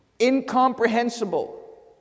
incomprehensible